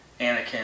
Anakin